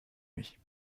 mich